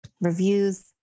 reviews